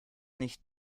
nicht